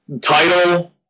title